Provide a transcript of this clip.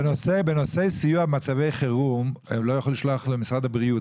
בנושא סיוע במצבי חירום הם לא יכולים לשלוח למשרד הבריאות.